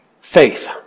Faith